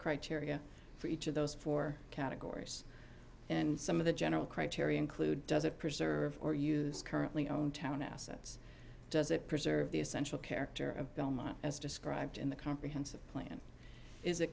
criteria for each of those four categories and some of the general criterion clue doesn't preserve or use currently own town assets does it preserve the essential character of belmont as described in the comprehensive plan is